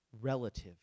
relative